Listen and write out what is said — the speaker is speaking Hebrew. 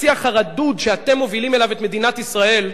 בשיח הרדוד שאתם מובילים אליו את מדינת ישראל,